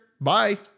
Bye